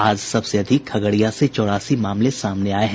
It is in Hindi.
आज सबसे अधिक खगड़िया से चौरासी मामले सामने आये हैं